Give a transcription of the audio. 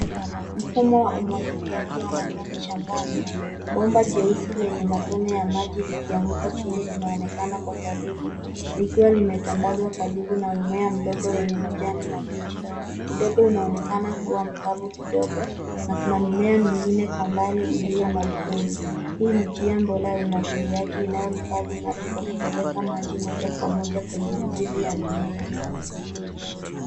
Mfumo wa umwagiliaji wa matone shambani, bomba jeusi lenye matone ya maji likianguka chini linaonekana kwa karibu likiwa limetandazwa karibu na mmea mdogo wenye majani mabichi. Udongo unaonekana kuwa mkavu kidogo na kuna mimea mingine kwa mbali iliyo na ukumu. Hii ni njia bora ya umwagiliaji inayohifadhi maji kwa kupeleka maji moja kwa moja kwenye mizizi ya mimea.